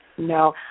No